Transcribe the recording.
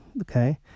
okay